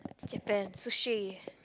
Japan sushi